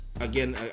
again